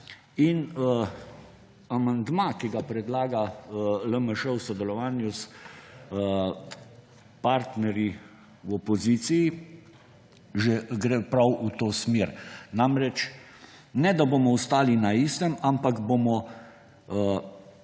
Amandma, ki ga predlaga LMŠ v sodelovanju s partnerji v opoziciji, že gre prav v to smer. Namreč, ne da bomo ostali na istem, ampak bomo